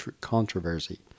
controversy